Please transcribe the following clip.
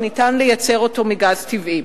שניתן לייצר אותו מגז טבעי.